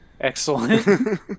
Excellent